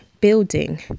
building